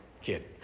kid